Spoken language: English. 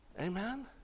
Amen